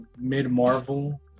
mid-Marvel